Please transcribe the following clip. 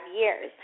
years